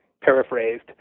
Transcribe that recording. paraphrased